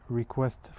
request